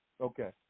Okay